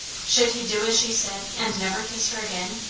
should he do as she said, and never kiss her again?